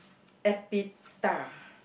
avatar